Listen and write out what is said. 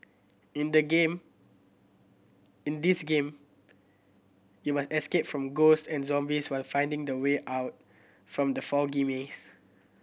in the game in this game you must escape from ghost and zombies while finding the way out from the foggy maze